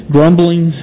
Grumbling